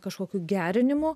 kažkokiu gerinimu